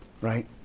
right